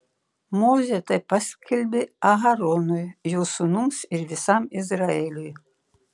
mozė tai paskelbė aaronui jo sūnums ir visam izraeliui